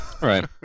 Right